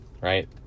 Right